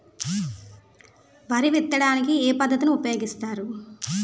వరి విత్తడానికి ఏ పద్ధతిని ఉపయోగిస్తారు?